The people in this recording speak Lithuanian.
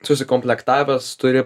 susikomplektavęs turi